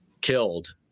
killed